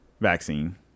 vaccine